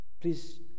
Please